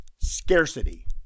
Scarcity